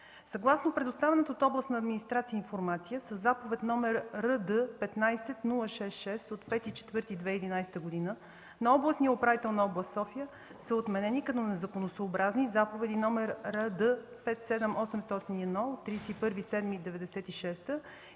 Съгласно предоставената от областната администрация информация със Заповед № РД-15-06-6 от 5 април 2011 г. на областния управител на област София са отменени като незаконосъобразни заповеди № РД-57-801 от 31 юли 1996